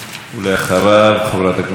אדוני היושב-ראש,